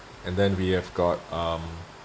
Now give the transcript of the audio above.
and then we have got um